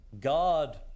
god